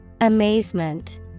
Amazement